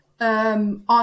on